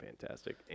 fantastic